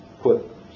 put